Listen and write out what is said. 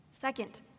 Second